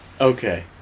Okay